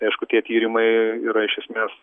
tai aišku tie tyrimai yra iš esmės